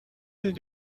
did